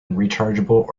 rechargeable